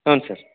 ಹ್ಞೂ ಸರ್